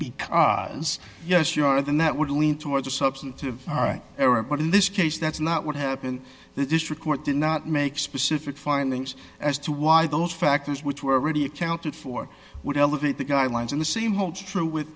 because yes you are then that would lean towards a substantive all right error but in this case that's not what happened the district court did not make specific findings as to why those factors which were already accounted for would elevate the guidelines in the same holds true with